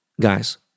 Guys